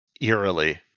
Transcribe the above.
eerily